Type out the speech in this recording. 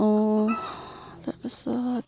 আৰু তাৰ পাছত